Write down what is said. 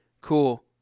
cool